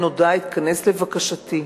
התכנס לבקשתי.